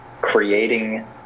creating